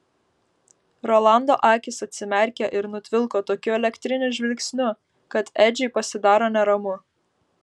rolando akys atsimerkia ir nutvilko tokiu elektriniu žvilgsniu kad edžiui pasidaro neramu